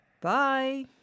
Bye